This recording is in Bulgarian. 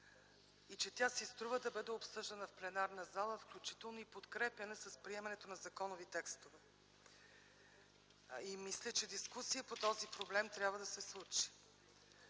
и че тя си струва да бъде обсъждана в пленарната зала, включително и подкрепяна с приемането на законови текстове. Мисля, че дискусия по този проблем трябва да се случи.